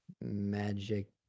magic